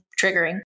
triggering